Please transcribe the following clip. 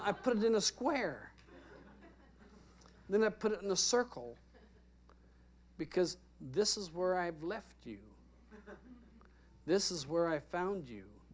i put it in a square then the put it in a circle because this is where i've left you this is where i found you